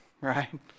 right